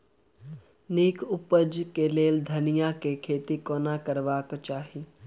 नीक उपज केँ लेल धनिया केँ खेती कोना करबाक चाहि?